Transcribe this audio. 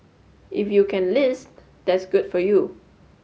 if you can list that's good for you